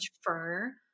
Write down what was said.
fur